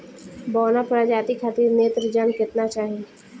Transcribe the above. बौना प्रजाति खातिर नेत्रजन केतना चाही?